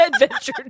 adventure